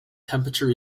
temperature